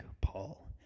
Paul